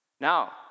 Now